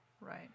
Right